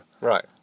Right